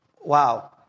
Wow